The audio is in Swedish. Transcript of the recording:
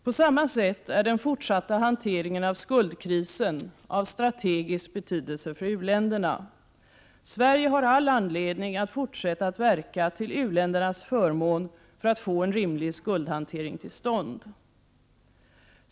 På samma sätt är den fortsatta hanteringen av skuldkrisen av strategisk betydelse för u-länderna. Sverige har all anledning att fortsätta att verka till u-ländernas förmån för att få en rimlig skuldhantering till stånd.